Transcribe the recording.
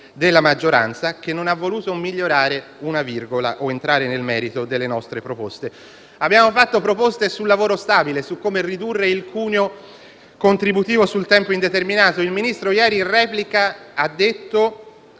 della maggioranza, che non ha voluto migliorare una virgola o entrare nel merito delle nostre proposte. Abbiamo fatto proposte sul lavoro stabile, su come ridurre il cuneo contributivo sul tempo indeterminato (il Ministro ieri, in replica, ha detto